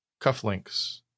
Cufflinks